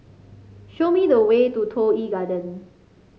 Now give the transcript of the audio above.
show me the way to Toh Yi Garden